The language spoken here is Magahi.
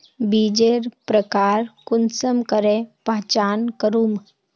बीजेर प्रकार कुंसम करे पहचान करूम?